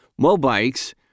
MoBikes